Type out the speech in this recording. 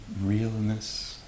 realness